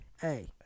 Hey